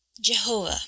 Jehovah